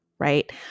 Right